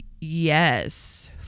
Yes